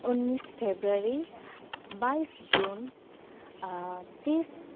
उन्नाइस फेब्रुअरी बाइस जुन तिस